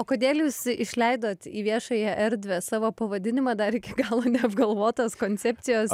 o kodėl jūs išleidot į viešąją erdvę savo pavadinimą dar iki galo neapgalvotos koncepcijos